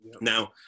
now